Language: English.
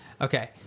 Okay